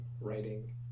writing